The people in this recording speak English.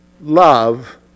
love